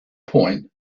point